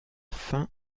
fin